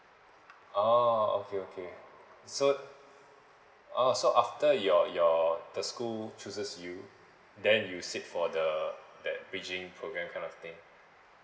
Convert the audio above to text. oh okay okay so oh so after your your the school chooses you then you sit for the that bridging program kind of thing